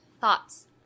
Thoughts